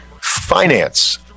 finance